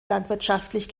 landwirtschaftlich